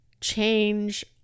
change